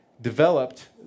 developed